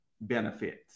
benefits